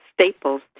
staples